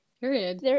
Period